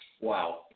Wow